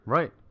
Right